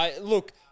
Look